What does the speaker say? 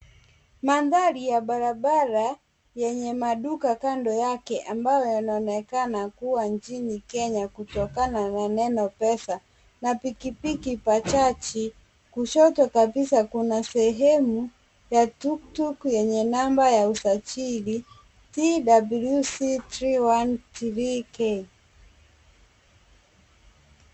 Mandhari ya barabara yenye maduka kando yake ambayo yanaonekana kuwa nchini Kenya kutokana na neno pesa na pikipiki bajaji. Kushoto kabisa kuna sehemu ya tuktuk yenye namba ya usajili TWC 313K.